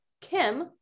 Kim